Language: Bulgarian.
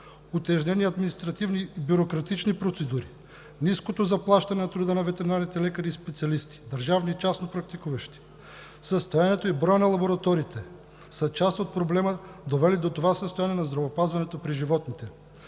утежнени административни и бюрократични процедури, ниското заплащане на труда на ветеринарните лекари и специалисти – държавно и частно практикуващи, състоянието и броят на лабораториите, са част от проблема, довели до това състояние на здравеопазването при животните.